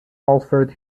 alfred